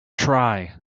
try